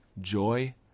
joy